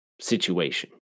situation